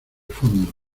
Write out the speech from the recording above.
fondo